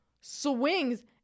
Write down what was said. swings